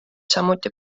samuti